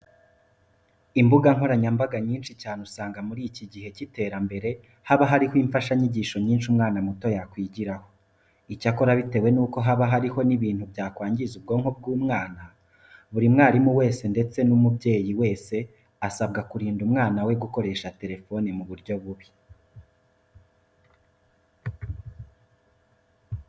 Imbuga nkoranyambaga nyinshi cyane usanga muri iki gihe cy'iterambere haba hariho imfashanyigisho nyinshi umwana muto yakwigiraho. Icyakora bitewe nuko haba hariho n'ibintu byakwangiza ubwonko bw'umwana, buri mwarimu ndetse n'umubyeyi wese asabwa kurinda umwana we gukoresha telefone mu buryo bubi.